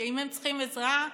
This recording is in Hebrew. שאם הם צריכים עזרה,